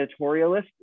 editorialist